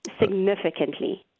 significantly